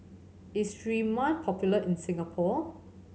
is Sterimar popular in Singapore